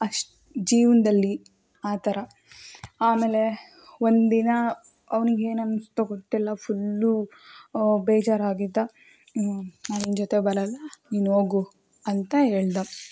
ಅಷ್ಟು ಜೀವನದಲ್ಲಿ ಆ ಥರ ಆಮೇಲೆ ಒಂದು ದಿನ ಅವ್ನಿಗೆ ಏನು ಅನಿಸ್ತೋ ಗೊತ್ತಿಲ್ಲ ಫುಲ್ಲು ಬೇಜಾರಾಗಿದ್ದ ನಾನು ನಿನ್ನ ಜೊತೆ ಬರಲ್ಲ ನೀನು ಹೋಗು ಅಂತ ಹೇಳಿದ